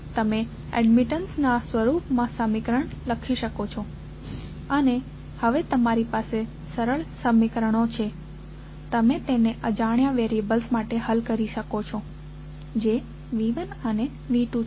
તમે એડમિટન્સ ના સ્વરૂપમાં સમીકરણ લખી શકો છો અને હવે તમારી પાસે સરળ સમીકરણો છે તમે તેને અજાણ્યા વેરીઅબલ્સ માટે હલ કરી શકો છો જે V1 અને V2છે